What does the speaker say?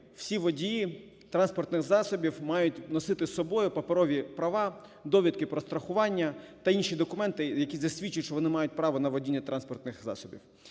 всі водії транспортних засобів мають носити з собою паперові права, довідки про страхування та інші документи, які засвідчують, що вони мають право на водіння транспортних засобів.